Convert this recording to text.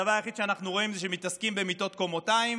הדבר היחיד שאנחנו רואים הוא שמתעסקים במיטות קומתיים,